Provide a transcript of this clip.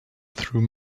through